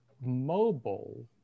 mobile